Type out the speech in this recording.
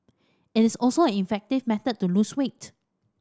it is also an effective method to lose weight